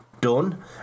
done